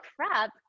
crap